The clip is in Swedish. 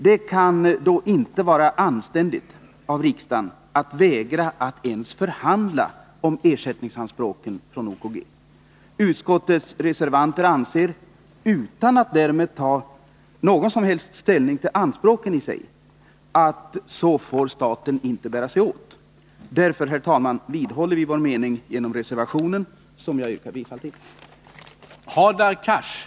Det kan då inte vara anständigt av riksdagen att vägra att ens förhandla om ersättningsanspråken från OKG. Utskottets reservanter anser, utan att därmed ta någon som helst ställning till anspråken i sig, att så får staten inte bära sig åt. Därför, herr talman, vidhåller vi vår mening genom reservationen, som jag yrkar bifall till.